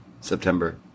September